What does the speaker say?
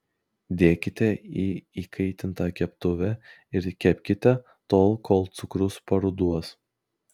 dėkite į įkaitintą keptuvę ir kepkite tol kol cukrus paruduos